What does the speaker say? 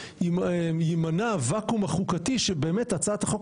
יימנע הוואקום החוקתי שבאמת הצעת החוק